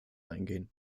eingehen